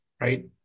right